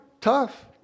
tough